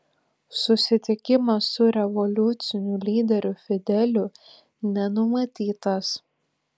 susitikimas su revoliuciniu lyderiu fideliu nenumatytas